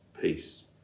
peace